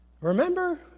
Remember